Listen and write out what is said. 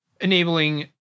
Enabling